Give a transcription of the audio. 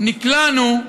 נקלענו,